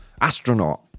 Astronaut